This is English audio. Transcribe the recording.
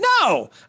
no